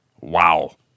Wow